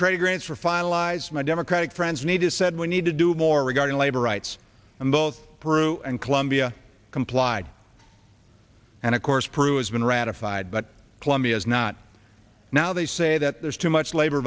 trade agreements for finalized my democratic friends need to said we need to do more regarding labor rights and both peru and colombia complied and of course peru it's been ratified but colombia is not now they say that there's too much labor